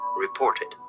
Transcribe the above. reported